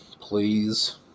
please